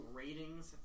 ratings